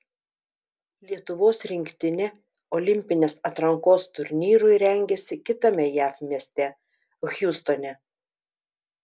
lietuvos rinktinė olimpinės atrankos turnyrui rengiasi kitame jav mieste hjustone